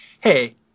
hey